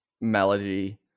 melody